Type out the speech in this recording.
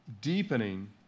deepening